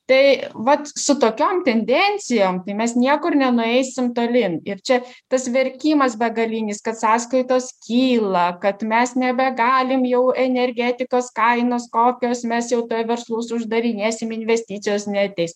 tai vat su tokiom tendencijom tai mes niekur nenueisim tolyn ir čia tas verkimas begalinis kad sąskaitos kyla kad mes nebegalim jau energetikos kainos kokios mes jau tuoj verslus uždarinėsim investicijos neateis